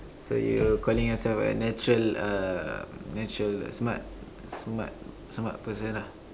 so you calling yourself a natural uh natural the smart smart smart person lah